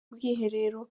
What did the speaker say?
ubwiherero